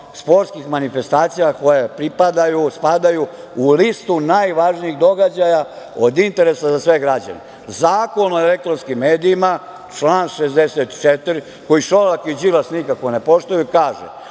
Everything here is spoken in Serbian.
sportskih manifestacija koje pripadaju, spadaju u listu najvažnijih događaja od interesa za sve građane. Zakon o elektronskim medijima, član 64. koji Šolak i Đilas nikako ne poštuju, kaže,